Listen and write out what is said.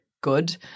good